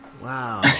Wow